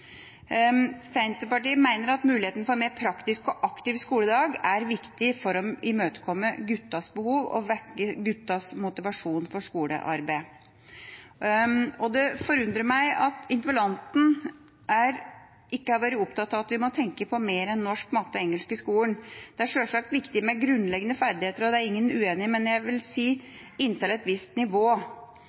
Senterpartiet mener at muligheten for en mer praktisk og aktiv skoledag er viktig for å imøtekomme guttenes behov og vekke guttenes motivasjon for skolearbeid. Det forundrer meg at interpellanten ikke har vært opptatt av at vi må tenke på mer enn norsk, matte og engelsk i skolen. Det er sjølsagt viktig med grunnleggende ferdigheter – det er ingen uenig i – men jeg vil si: inntil et visst nivå.